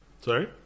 sorry